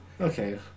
Okay